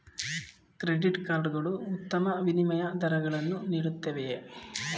Credit card ಗಳು ಉತ್ತಮ ವಿನಿಮಯ ದರಗಳನ್ನು ನೀಡುತ್ತವೆಯೇ?